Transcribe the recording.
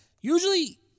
usually